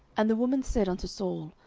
and the woman said unto saul,